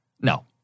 No